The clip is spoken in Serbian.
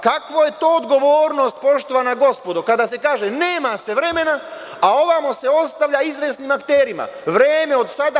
Kakva je to odgovornost, poštovana gospodo, kada se kaže – nema se vremena, a ovamo se ostavlja izvesnim akterima vreme od sada.